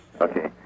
Okay